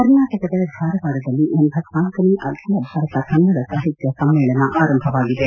ಕರ್ನಾಟಕದ ಧಾರವಾಡದಲ್ಲಿ ಲಳನೇ ಅಖಿಲ ಭಾರತ ಕನ್ನಡ ಸಾಹಿತ್ಯ ಸಮ್ಮೇಳನ ಆರಂಭವಾಗಿದೆ